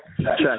Check